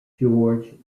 george